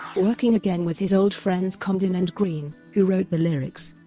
working again with his old friends comden and green, who wrote the lyrics.